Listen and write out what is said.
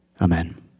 amen